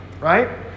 right